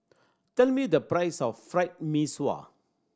tell me the price of Fried Mee Sua